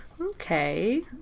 Okay